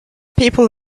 people